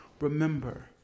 Remember